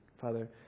Father